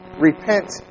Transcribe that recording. Repent